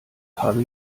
habe